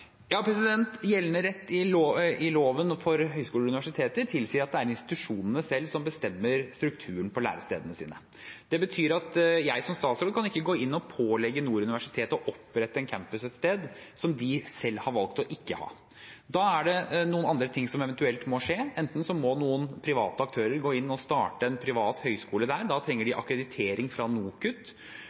Gjeldende rett i loven for høyskoler og universiteter tilsier at det er institusjonene selv som bestemmer strukturen på lærestedene sine. Det betyr at jeg som statsråd ikke kan gå inn og pålegge Nord universitet å opprette en campus et sted de selv har valgt ikke å ha det. Da er det noen andre ting som eventuelt må skje. Private aktører kan gå inn og starte en privat høyskole der. Da trenger de akkreditering fra NOKUT.